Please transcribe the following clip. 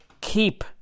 keep